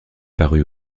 parus